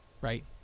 right